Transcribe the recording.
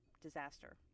disaster